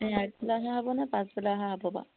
এই আগবেলা অহা হ'বনে পাঁচবেলা অহা হ'ব বা